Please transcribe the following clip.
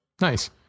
Nice